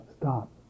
stop